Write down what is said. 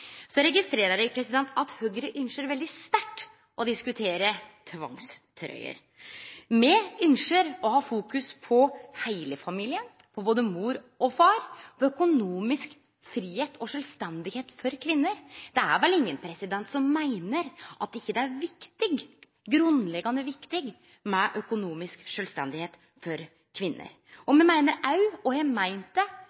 Så registrer eg at Høgre ynskjer veldig sterkt å diskutere tvangstrøyer. Me ynskjer å ha fokus på heile familien, på både mor og far, og på økonomisk fridom og sjølvstende for kvinner: Det er vel ingen som meiner at det ikkje er grunnleggjande viktig med økonomisk sjølvstende for kvinner.